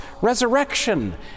resurrection